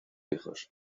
hijos